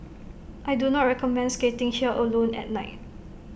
I do not recommend skating here alone at night